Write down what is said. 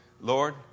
Lord